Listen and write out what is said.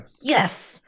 yes